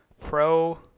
pro